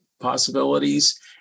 possibilities